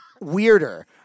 weirder